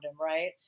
right